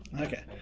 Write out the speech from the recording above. Okay